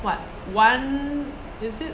what one is it